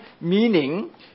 meaning